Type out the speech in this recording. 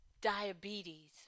diabetes